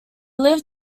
live